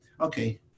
Okay